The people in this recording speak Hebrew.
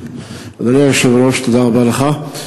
אדוני היושב-ראש, תודה רבה לך.